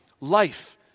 Life